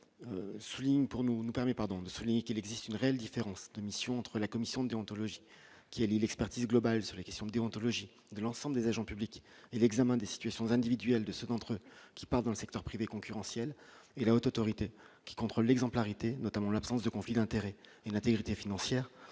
nous permet, pardon, de souligner qu'il existe une réelle différence. Entre la commission déontologique qui allie l'expertise globale sur la question déontologie de l'ensemble des agents publics et l'examen des situations individuelles de ceux d'entre eux qui part dans le secteur privé concurrentiel et la Haute autorité qui contrôle l'exemplarité, notamment l'absence de conflits d'intérêts et une intégrité financière